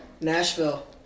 Nashville